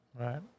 Right